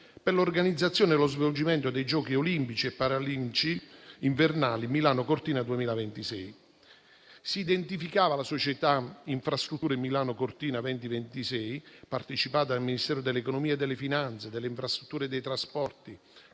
per l'organizzazione e lo svolgimento dei Giochi olimpici e paralimpici invernali Milano-Cortina 2026 e si identificava la Società Infrastrutture Milano-Cortina 2026, partecipata dal Ministero dell'economia e delle finanze, dal Ministero delle infrastrutture e dei trasporti,